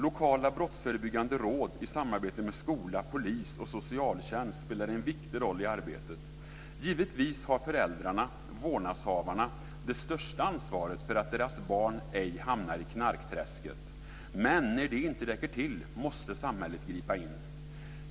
Lokala brottsförebyggande råd i samarbete med skola, polis och socialtjänst spelar en viktig roll i arbetet. Givetvis har föräldrarna, vårdnadshavarna, det största ansvaret för att deras barn ej hamnar i knarkträsket. Men när de inte räcker till måste samhället gripa in.